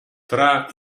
tra